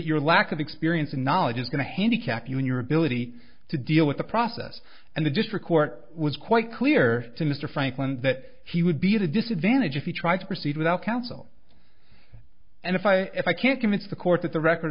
your lack of experience and knowledge is going to handicap you in your ability to deal with the process and the district court was quite clear to mr franklin that he would be at a disadvantage if you tried to proceed without counsel and if i if i can convince the court that the record